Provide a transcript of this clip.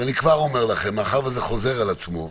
אז אני כבר אומר לכם, מאחר שזה חוזר על עצמו: